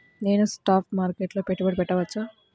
నేను స్టాక్ మార్కెట్లో పెట్టుబడి పెట్టవచ్చా?